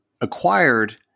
acquired